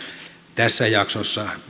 tässä jaksossa